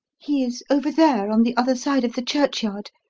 he is over there, on the other side of the churchyard.